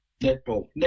netball